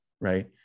Right